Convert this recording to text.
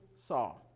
saw